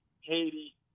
Haiti